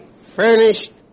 furnished